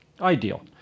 Ideal